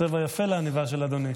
צבע יפה לעניבה של אדוני.